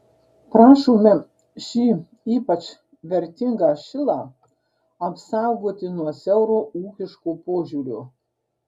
prašome šį ypač vertingą šilą apsaugoti nuo siauro ūkiško požiūrio